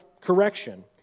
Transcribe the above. correction